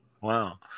wow